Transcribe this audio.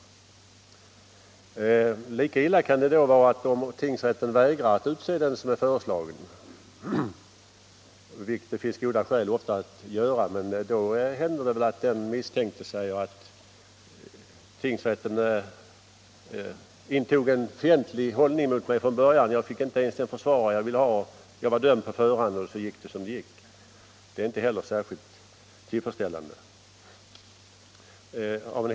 Men lika illa kan det vara om tingsrätten vägrar att utse den föreslagne advokaten, vilket det ofta finns goda skäl för. Då händer det att den misstänkte säger att tingsrätten intog en fientlig hållning till mig från början; jag fick inte ens den försvarare jag ville ha. Jag var dömd på förhand. Och så gick det som det gick. Detta är inte heller särskilt tillfredsställande.